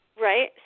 Right